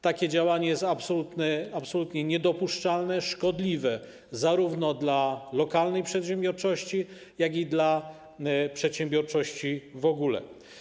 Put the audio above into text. Takie działanie jest absolutnie niedopuszczalne i szkodliwe zarówno dla lokalnej przedsiębiorczości, jak i dla przedsiębiorczości w ogóle.